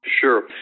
Sure